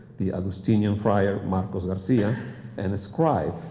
the augustinian friar, marcos garcia and a scribe,